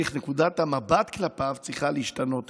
נקודת המבט כלפיו צריכה להשתנות.